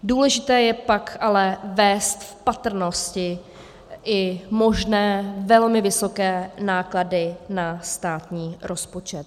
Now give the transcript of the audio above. Důležité je pak ale vést v patrnosti i možné velmi vysoké náklady na státní rozpočet.